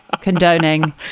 condoning